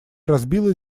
разбила